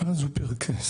ואז הוא פרכס.